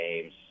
games